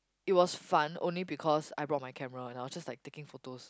it was fun only because I brought my camera and I was just like taking photos